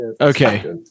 Okay